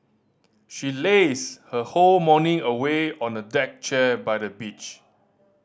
she lazed her whole morning away on a deck chair by the beach